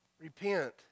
repent